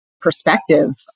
perspective